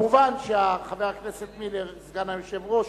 מובן שחבר הכנסת מילר, סגן היושב-ראש,